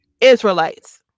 Israelites